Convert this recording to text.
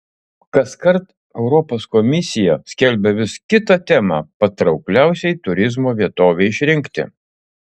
kaskart europos komisija skelbia vis kitą temą patraukliausiai turizmo vietovei išrinkti